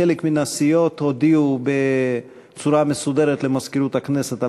חלק מהסיעות הודיעו בצורה מסודרת למזכירות הכנסת על